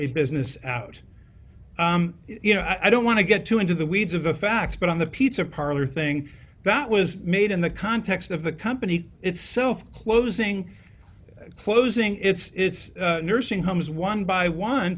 a business out you know i don't want to get too into the weeds of the facts but on the pizza parlor thing that was made in the context of the company itself closing closing its nursing homes one by one